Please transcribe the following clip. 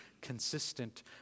consistent